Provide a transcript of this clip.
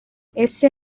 ese